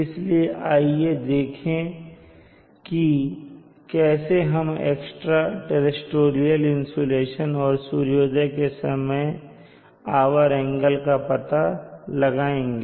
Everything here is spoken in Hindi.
इसलिए आइए देखें कि कैसे हम एक्स्ट्रा टेरेस्टेरियल इंसुलेशन और सूर्योदय के समय आवर एंगल का पता लगाएंगे